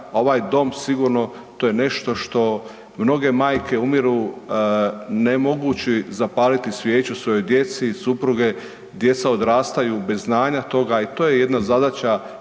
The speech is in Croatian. ovaj Dom sigurno to je nešto što mnoge majke umiru ne mogući zapaliti svijeću svojoj djeci, supruge, djeca odrastaju bez znanja toga i to je jedna zadaća